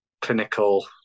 clinical